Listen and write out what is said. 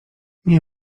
nie